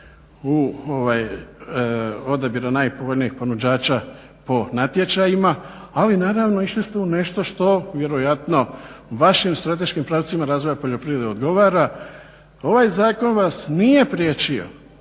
u odabir najboljeg ponuđača po natječajima ali naravno išli ste u nešto što vjerojatno vašim strateškim pravcima razvoja poljoprivrede odgovara. Ovaj zakon vas nije priječio,